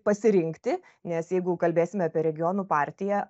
pasirinkti nes jeigu kalbėsim apie regionų partiją